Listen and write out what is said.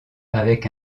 avec